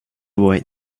wait